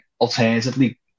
alternatively